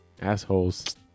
Assholes